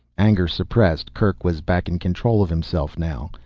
anger suppressed, kerk was back in control of himself now.